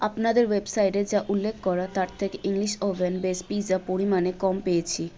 আপনাদের ওয়েবসাইটে যা উল্লেখ করা তার থেকে ইংলিশ ওভেন বেস পিৎজা পরিমাণে কম পেয়েছি